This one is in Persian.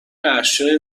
اشیاء